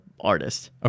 artist